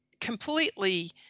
completely